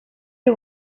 you